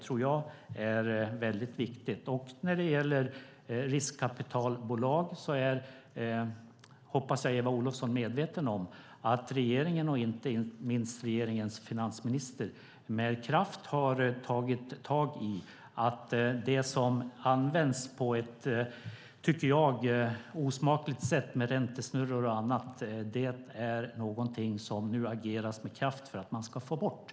När det gäller riskkapitalbolag hoppas jag att Eva Olofsson är medveten om att regeringen, och inte minst regeringens finansminister, med kraft har tagit tag i detta. Det som används på ett, tycker jag, osmakligt sätt, till exempel räntesnurror och annat, ageras det nu mot med kraft för att man ska få bort.